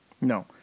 No